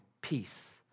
peace